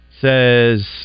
says